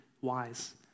wise